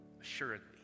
Assuredly